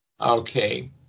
Okay